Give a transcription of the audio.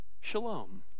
Shalom